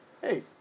hey